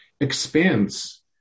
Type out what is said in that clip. expands